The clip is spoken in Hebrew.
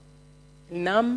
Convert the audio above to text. זמני.